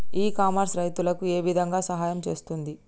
ఇ commerce రైతులకు ఏ విధంగా సహాయం చేస్తుంది?